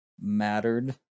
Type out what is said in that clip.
mattered